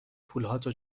پولهاتو